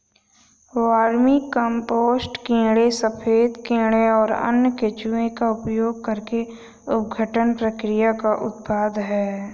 vermicompost कीड़े सफेद कीड़े और अन्य केंचुए का उपयोग करके अपघटन प्रक्रिया का उत्पाद है